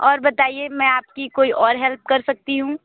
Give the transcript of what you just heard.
और बताइए मैं आपकी कोई और हेल्प कर सकती हूँ